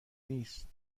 نیست